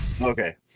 okay